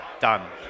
done